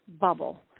bubble